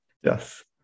yes